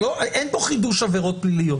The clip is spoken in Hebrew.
אין פה חידוש עבירות פליליות.